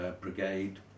brigade